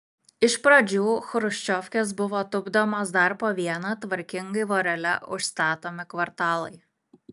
iš pradžių chruščiovkės buvo tupdomos dar po vieną tvarkingai vorele užstatomi kvartalai